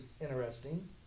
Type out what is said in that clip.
interesting